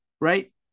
right